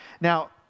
Now